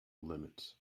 limits